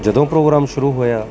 ਜਦੋਂ ਪ੍ਰੋਗਰਾਮ ਸ਼ੁਰੂ ਹੋਇਆ